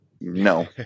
No